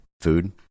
food